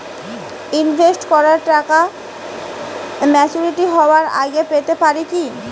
Invest করা টাকা maturity হবার আগেই পেতে পারি কি?